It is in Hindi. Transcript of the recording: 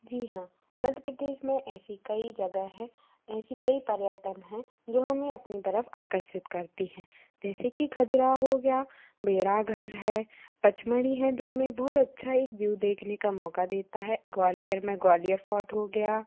जी हाँ मध्य प्रदेश में ऐसी कई जगह हैं ऐसी कई पर्यटन हैं जो हमें अपनी तरफ आकर्षित करती हैं जैसे कि खजुराहो गया बेड़ाघर है पचमणी है जो हमें बहुत अच्छा एक व्यू देखने का मौका देता है ग्वालियर में ग्वालियर फॉट हो गया